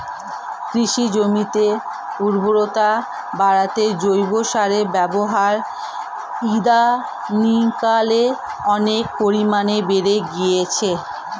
কৃষি জমির উর্বরতা বাড়াতে জৈব সারের ব্যবহার ইদানিংকালে অনেক পরিমাণে বেড়ে গিয়েছে